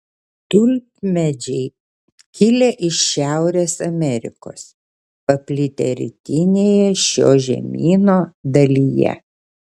tulpmedžiai kilę iš šiaurės amerikos paplitę rytinėje šio žemyno dalyje